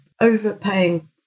overpaying